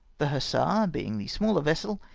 the hussar, being the smaller vessel,